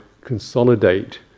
consolidate